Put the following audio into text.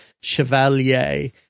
Chevalier